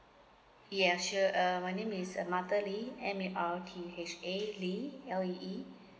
ya sure um my name is uh martha lee M A R T H A lee L E E